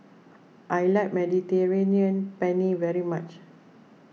I like Mediterranean Penne very much